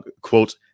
quote